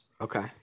Okay